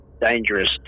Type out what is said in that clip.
dangerous